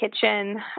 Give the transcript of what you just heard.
kitchen